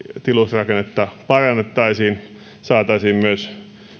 tilusrakennetta parannettaisiin saataisiin myös